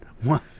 one